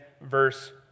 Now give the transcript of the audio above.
verse